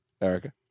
Erica